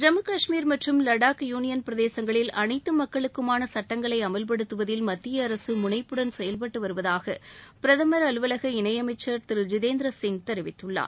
ஜம்மு கஷ்மீர் மற்றம் லடாக் யூளியன் பிரதேசங்களில் அனைத்து மக்களுக்குமான சுட்டங்களை அமல்படுத்துவதில் மத்திய அரசு முனைப்புடன் செயல்பட்டு வருவதாக பிரதமர் அலுவலகத்திற்கான இணையமைச்சர் திரு ஜிதேந்திரசிங் தெரிவித்துள்ளார்